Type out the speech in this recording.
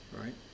right